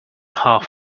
half